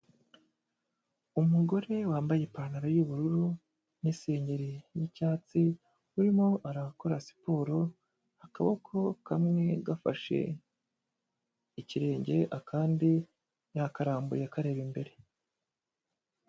Umugore wambaye ipantaro y'ubururu n'isengeri y'icyatsi, urimo arakora siporo, akaboko kamwe gafashe ikirenge akandi yakarambuye kareba imbere.